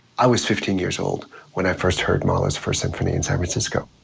i was fifteen years old when i first heard mahler's first symphony in san francisco.